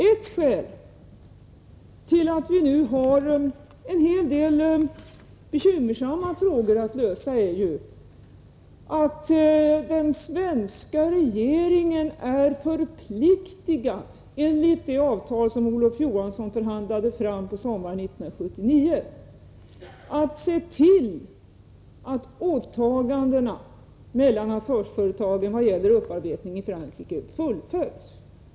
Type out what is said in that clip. Ett skäl till att vi nu har en hel del bekymmersamma frågor att lösa är ju att den svenska regeringen är förpliktigad, enligt det avtal som Olof Johansson förhandlade fram sommaren 1979, att se till att åtagandena mellan affärsföretagen i vad gäller upparbetning i Frankrike fullföljs.